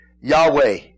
Yahweh